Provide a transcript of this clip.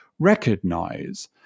recognize